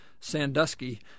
Sandusky